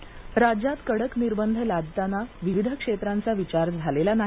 फडणवीस राज्यात कडक निर्बंध लादताना विविध क्षेत्रांचा विचार झालेला नाही